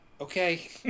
okay